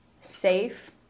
safe